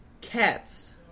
cats